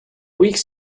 weeks